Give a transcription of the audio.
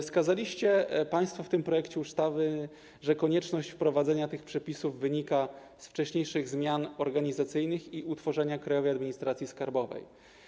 Wskazaliście państwo w tym projekcie ustawy, że konieczność wprowadzenia tych przepisów wynika z wcześniejszych zmian organizacyjnych i utworzenia Krajowej Administracji Skarbowej.